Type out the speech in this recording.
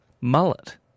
mullet